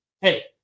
Hey